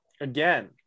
again